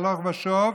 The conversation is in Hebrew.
הלוך ושוב,